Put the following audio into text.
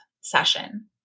session